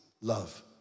love